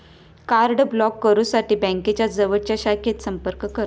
card block करुसाठी बँकेच्या जवळच्या शाखेत संपर्क करा